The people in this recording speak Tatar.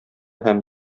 һәм